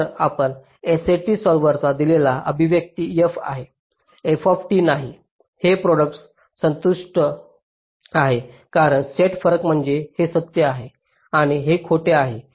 तर आपण SAT सॉल्व्हरला दिलेली अभिव्यक्ती F आहे आणि F नाही हे प्रॉडक्ट संतुष्ट आहे कारण सेट फरक म्हणजे हे सत्य आहे आणि हे खोटे आहे